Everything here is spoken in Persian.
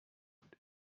بوده